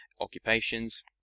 occupations